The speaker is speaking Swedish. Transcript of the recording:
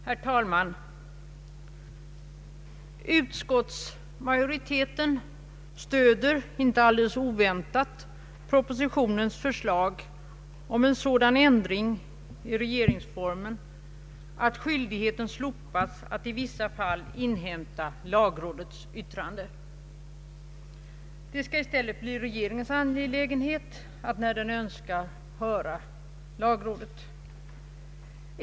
Herr talman! = Utskottsmajoriteten stöder, inte alldeles oväntat, propositionens förslag om en sådan ändring i regeringsformen att skyldigheten slopas att i vissa fall inhämta lagrådets yttrande. Det skall i stället bli regeringens angelägenhet att, när den önskar, höra lagrådet.